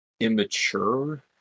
immature